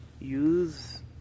use